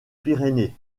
pyrénées